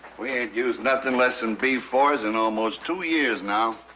we ain't used nothing less than b four s in almost two years now.